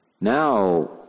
Now